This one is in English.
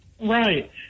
Right